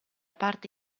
parte